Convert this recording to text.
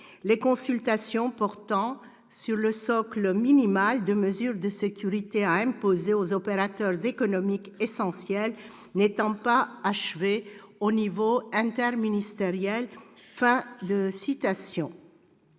les consultations portant sur le socle minimal de mesures de sécurité à imposer aux opérateurs économiques essentiels n'étant pas achevées au niveau interministériel ».